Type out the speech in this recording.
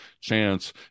chance